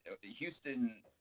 Houston